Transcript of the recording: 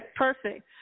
Perfect